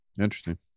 Interesting